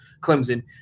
Clemson